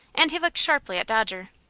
and he looked sharply at dodger.